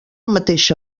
mateixa